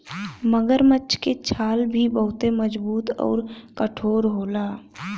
मगरमच्छ के छाल भी बहुते मजबूत आउर कठोर होला